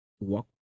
Walk